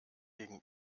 gegen